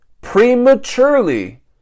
prematurely